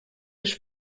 les